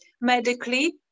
medically